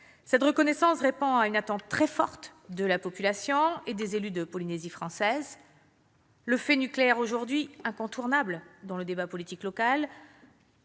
Cette reconnaissance répond à une attente très forte de la population et des élus de la Polynésie française. Le fait nucléaire, aujourd'hui incontournable dans le débat politique local,